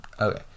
Okay